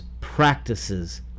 practices